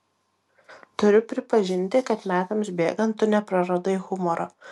turiu pripažinti kad metams bėgant tu nepraradai humoro